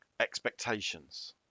expectations